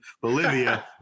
Bolivia